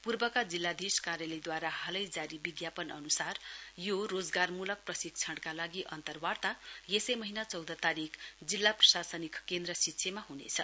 पूर्वका जिल्लाधीश कार्यलयदूवारा हालै जारी विज्ञापन अनुसार यो रोजगारमूलक प्रशिक्षणका लागि अन्तर्वाता यसै महीना चौध तारीक जिल्ला प्रशासनिक केन्द्रसिच्छेमा हुनेछ